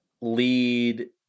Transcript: lead